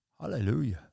Hallelujah